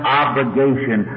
obligation